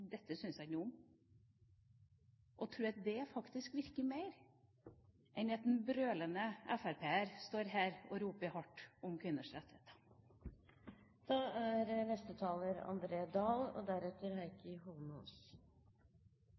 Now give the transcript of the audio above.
dette syns jeg ikke noe om. Jeg tror at det virker mer enn at brølende fremskrittspartipolitikere står her og roper hardt om kvinners rettigheter. Hvis det var toleransens, likestillingens og